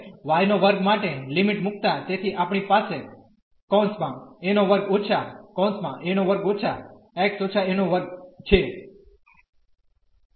તેથી હવે y2 માટે લિમિટ મુકતાં તેથી આપણી પાસે છે